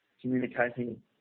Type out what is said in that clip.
communicating